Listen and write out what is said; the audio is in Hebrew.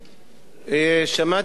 שמעתי בקשב,